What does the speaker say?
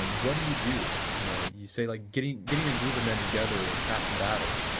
um what do you do, you know you say like getting getting a group of men together is half the battle.